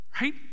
right